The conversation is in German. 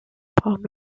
brauchen